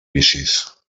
vicis